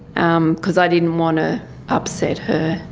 um because i didn't want to upset her.